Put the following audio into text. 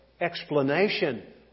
explanation